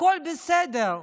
הכול בסדר,